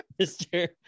Mr